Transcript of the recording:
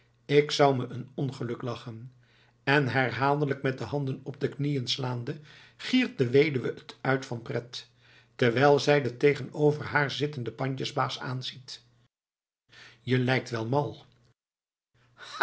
ik zou me een ongeluk lachen en herhaaldelijk met de handen op de knieën slaande giert de weduwe het uit van pret terwijl zij den tegenover haar zittenden pandjesbaas aanziet je lijkt wel mal